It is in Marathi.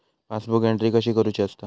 पासबुक एंट्री कशी करुची असता?